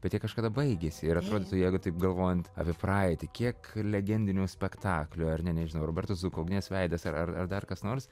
bet jie kažkada baigiasi ir atrodytų jeigu taip galvojant apie praeitį kiek legendinių spektaklių ar ne nežinau roberto zuko ugnies veidas ar ar ar dar kas nors